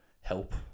help